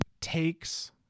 takes